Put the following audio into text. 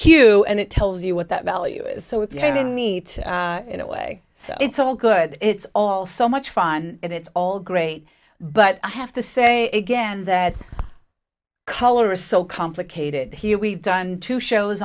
q and it tells you what that value is so it's a neat in a way it's all good it's all so much fun and it's all great but i have to say again that color is so complicated here we've done two shows